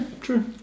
true